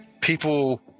people